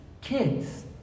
kids